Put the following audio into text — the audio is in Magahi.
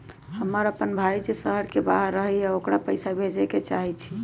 हमर अपन भाई जे शहर के बाहर रहई अ ओकरा पइसा भेजे के चाहई छी